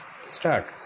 start